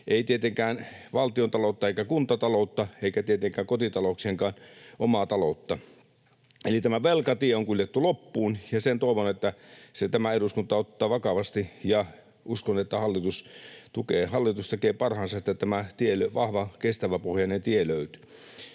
ei tietenkään valtiontaloutta eikä kuntataloutta eikä tietenkään kotitalouksienkaan omaa taloutta. Eli tämä velkatie on kuljettu loppuun, ja toivon, että sen tämä eduskunta ottaa vakavasti. Ja uskon, että hallitus tekee parhaansa, että tämä vahva, kestäväpohjainen tie löytyy.